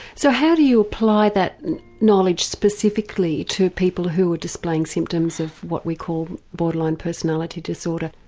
so how do you apply that knowledge specifically to people who are displaying symptoms of what we call borderline personality disorder?